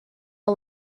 are